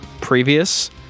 previous